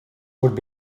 would